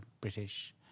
British